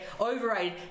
Overrated